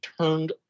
turned